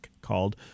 called